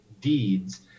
deeds